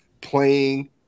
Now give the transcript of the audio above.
playing